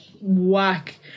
whack